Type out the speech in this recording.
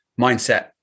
mindset